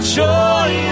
joy